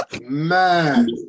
Man